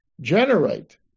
generate